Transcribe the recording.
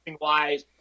wise